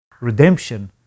redemption